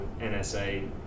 NSA